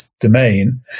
domain